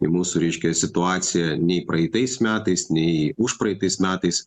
į mūsų ryškią situaciją nei praeitais metais nei užpraeitais metais